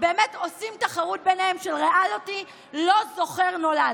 עושים תחרות ביניהם של ריאליטי "לא זוכר נולד".